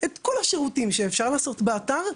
את כל השירותים שאפשר לעשות באתר,